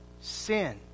Sin